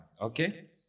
okay